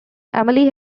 emily